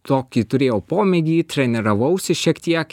tokį turėjau pomėgį treniravausi šiek tiek